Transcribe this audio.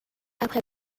après